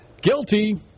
Guilty